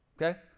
Okay